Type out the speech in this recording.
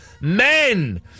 men